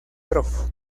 prof